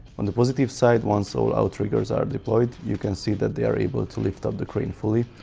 on the positive side once all outriggers are deployed you can see that they are able to lift up the crane fully,